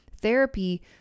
Therapy